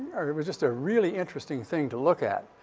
it was just a really interesting thing to look at.